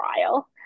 trial